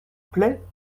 plait